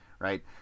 right